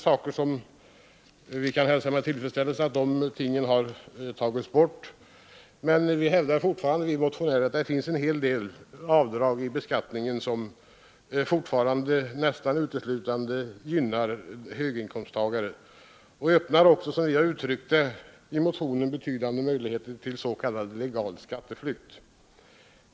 Man kan med tillfredsställelse heterna har avskaffats, men vi motionärer hävdar att det fortfarande finns en hel del avdrag vid beskattningen som nästan uteslutande gynnar höginkomsttagare och dessutom — som vi har uttryckt det i motionen öppnar möjligheter till s.k. legal skatteflykt.